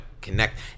connect